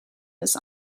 this